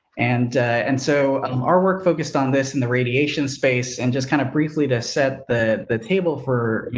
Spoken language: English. and and so, um, our work focused on this and the radiation space, and just kind of briefly to set the the table for, you